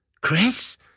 Chris